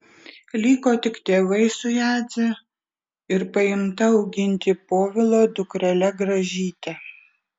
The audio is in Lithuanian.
liko tik tėvai su jadze ir paimta auginti povilo dukrele gražyte